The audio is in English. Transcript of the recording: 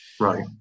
Right